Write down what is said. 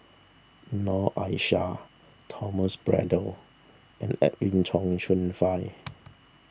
Noor Aishah Thomas Braddell and Edwin Tong Chun Fai